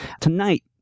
Tonight